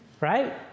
right